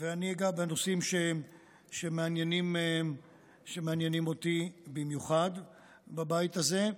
אני אגע בנושאים שמעניינים אותי במיוחד בבית הזה,